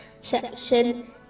section